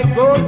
go